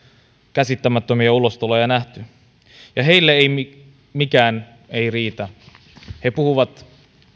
käsittämättömiä ulostuloja nähneet ja heille ei mikään riitä he puhuvat